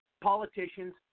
politicians